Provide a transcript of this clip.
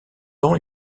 ans